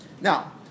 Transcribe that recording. Now